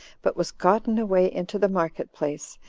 but was gotten away into the market place,